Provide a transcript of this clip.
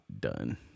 done